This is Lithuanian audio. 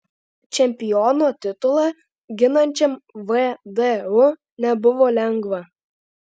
čempiono titulą ginančiam vdu nebuvo lengva